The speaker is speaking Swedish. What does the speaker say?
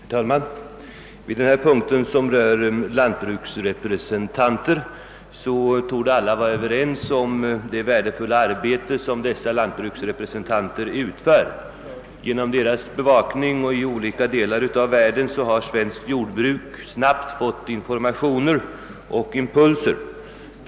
Herr talman! Denna punkt i jordbruksutskottets förevarande utlåtande handlar om lantbruksrepresentanter. Alla torde vara ense om att dessa utför ett värdefullt arbete. Tack vare deras bevakning i olika delar av världen har svenskt jordbruk snabbt fått informationer och impulser.